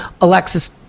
Alexis